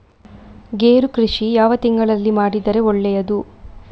ಗೇರು ಕೃಷಿ ಯಾವ ತಿಂಗಳಲ್ಲಿ ಮಾಡಿದರೆ ಒಳ್ಳೆಯದು?